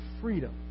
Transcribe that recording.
freedom